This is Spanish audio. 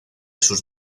sus